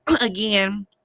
again